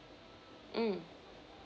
mm